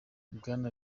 bwana